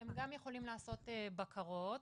הם גם יכולים לעשות בקרות